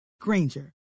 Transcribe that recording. Granger